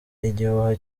igihuha